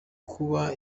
kuba